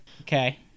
Okay